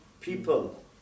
people